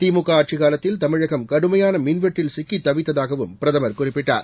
திமுக ஆட்சிக்காலத்தில் தமிழகம் கடுமையான மின்வெட்டில் சிக்கித் தவித்ததாகவும் பிரதமர் குறிப்பிட்டார்